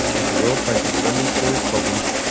with the world facing so many serious problems,